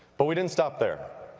but we didn't stop there.